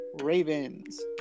Ravens